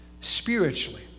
Spiritually